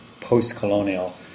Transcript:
post-colonial